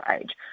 age